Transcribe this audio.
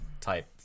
type